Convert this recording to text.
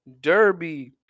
Derby